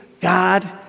God